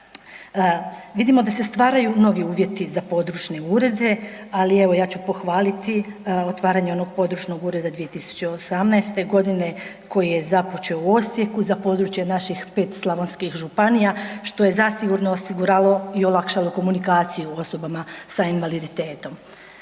Vidimo da se stvaraju novi uvjeti za područne urede ali evo, ja ću pohvaliti onog područnog ureda 2018. g. koji je započeo u Osijeku za područje naših 5 slavonskih županija što je zasigurno osiguralo i olakšalo komunikaciju osobama sa invaliditetom.